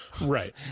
right